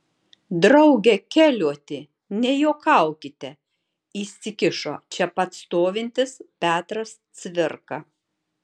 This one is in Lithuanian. drauge keliuoti nejuokaukite įsikišo čia pat stovintis petras cvirka